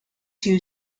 two